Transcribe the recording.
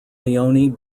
leone